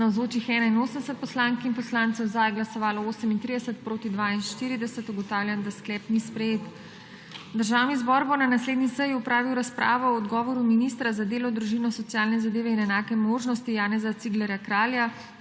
za je glasovalo 38, proti 42. (Za je glasovalo 38.)(Proti 42.) Ugotavljam, da sklep ni sprejet. Državni zbor bo na naslednji seji opravil razpravo o odgovoru ministra za delo, družino, socialne zadeve in enake možnosti Janeza Ciglerja Kralja